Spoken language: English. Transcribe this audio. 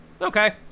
okay